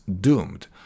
doomed